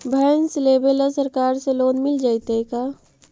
भैंस लेबे ल सरकार से लोन मिल जइतै का?